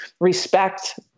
respect